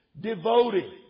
devoted